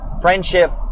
friendship